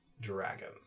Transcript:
dragon